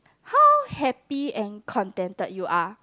how happy and contented you are